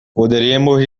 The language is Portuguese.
poderíamos